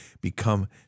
become